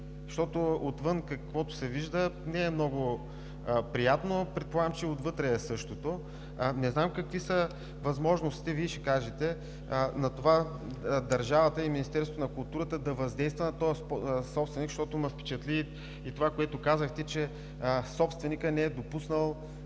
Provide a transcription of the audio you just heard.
защото, каквото се вижда отвън, не е много приятно, а предполагам, че и отвътре е същото. Не знам какви са възможностите за това – Вие ще кажете, държавата и Министерството на културата да въздействат на този собственик, защото ме впечатли и това, което казахте, че собственикът не е допуснал